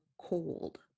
Cold